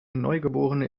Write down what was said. neugeborene